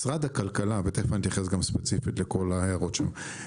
ותיכף אני אתייחס ספציפית לכל ההערות שעלו,